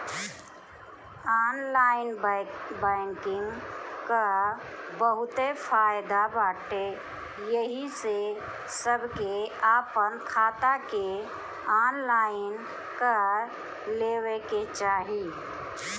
online banking कअ बहुते फायदा बाटे एही से सबके आपन खाता के ऑनलाइन कअ लेवे के चाही